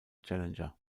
challenger